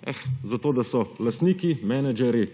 Eh, zato da so lastniki menedžerji